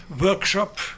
workshop